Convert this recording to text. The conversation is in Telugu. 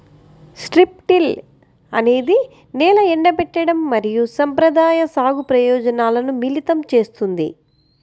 స్ట్రిప్ టిల్ అనేది నేల ఎండబెట్టడం మరియు సంప్రదాయ సాగు ప్రయోజనాలను మిళితం చేస్తుంది